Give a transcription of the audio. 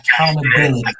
accountability